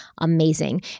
amazing